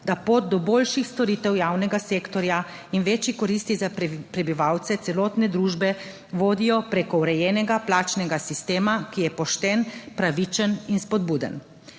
da pot do boljših storitev javnega sektorja in večje koristi za prebivalce celotne družbe vodijo preko urejenega plačnega sistema, ki je pošten, pravičen in spodbuden.